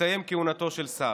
תסתיים כהונתו של שר.